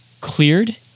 cleared